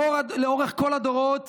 לאורך כל הדורות